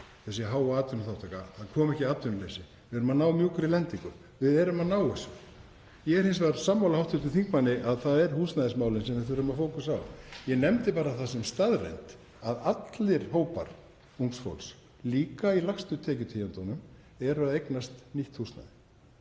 þessi háa atvinnuþátttaka, að það komi ekki atvinnuleysi. Við erum að ná mjúkri lendingu. Við erum að ná þessu. Ég er hins vegar sammála hv. þingmanni um að það eru húsnæðismálin sem við þurfum að fókusera á. Ég nefndi það bara sem staðreynd að allir hópar ungs fólks, líka í lægstu tekjutíundunum, eru að eignast nýtt húsnæði,